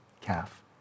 calf